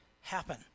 happen